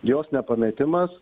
jos nepametimas